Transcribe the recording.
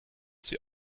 sie